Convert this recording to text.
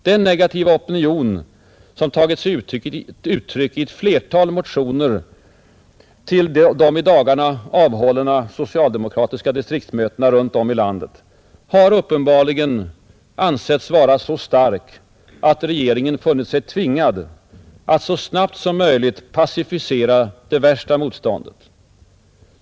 Den negativa opinion som tagit sig uttryck i ett flertal motioner till de i dagarna avhållna socialdemokratiska distriktsmötena runt om i landet har uppenbarligen ansetts vara så stark att regeringen funnit sig tvingad att så snabbt som möjligt pacificera det värsta motståndet.